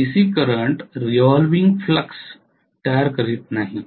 तर DC current revolving flux तयार करत नाही